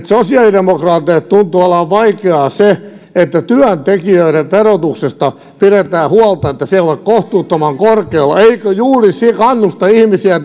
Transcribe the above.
sosiaalidemokraateille tuntuu olevan vaikeaa se että työntekijöiden verotuksesta pidetään huolta että se ei ole kohtuuttoman korkealla eikö juuri se kannusta ihmisiä